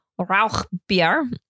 Rauchbier